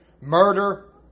murder